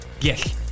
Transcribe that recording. Yes